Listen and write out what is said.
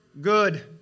good